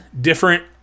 different